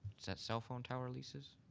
is that cell phone tower leases?